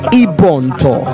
ibonto